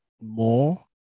more